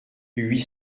huit